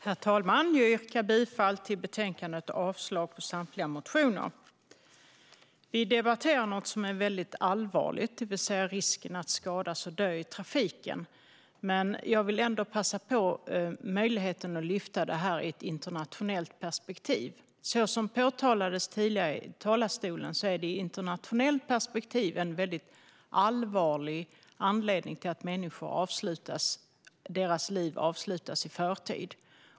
Herr talman! Jag yrkar bifall till utskottets förslag i betänkandet och avslag på samtliga motioner. Vi debatterar något som är väldigt allvarligt, det vill säga risken att skadas och dö i trafiken. Jag vill ändå passa på möjligheten att lyfta detta i ett internationellt perspektiv. Som påpekades tidigare i talarstolen är trafiken i ett internationellt perspektiv en allvarlig anledning till att människors liv avslutas i förtid.